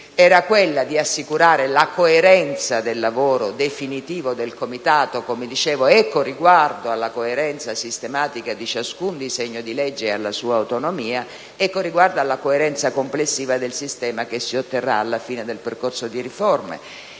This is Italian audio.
era quella di assicurare la coerenza del lavoro definitivo del Comitato, come dicevo, sia con riguardo alla coerenza sistematica di ciascun disegno di legge e alla sua autonomia sia con riguardo alla coerenza complessiva del sistema che si otterrà alla fine del percorso di riforme.